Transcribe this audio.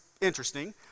interesting